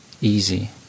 Easy